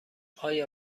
آیا